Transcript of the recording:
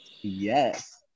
Yes